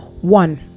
one